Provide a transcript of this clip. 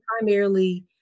primarily